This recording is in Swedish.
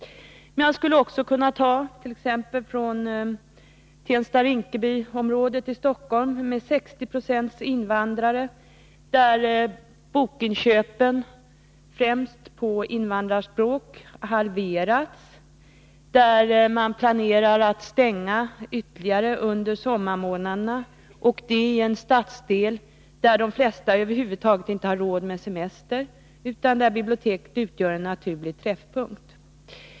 Man skulle också kunna nämna Tensta-Rinkebyområdet i Stockholm, där det bor 60 96 invandrare. Där halveras bokinköpen, och främst drabbar detta invandrarspråken. Man planerar att i ännu högre grad hålla stängt under sommarmånaderna, detta i en stadsdel där de flesta över huvud taget inte har råd med semester och där biblioteket utgör en träffpunkt.